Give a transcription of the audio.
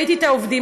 ראיתי את העובדים.